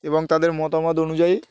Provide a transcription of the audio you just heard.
এবং তাদের মতামত অনুযায়ী